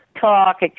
talk